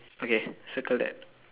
okay circle that